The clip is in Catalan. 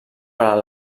per